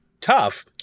tough